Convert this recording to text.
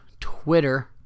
Twitter